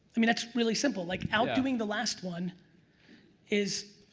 i mean that's really simple like out-doing the last one is,